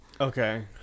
okay